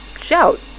shout